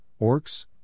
orcs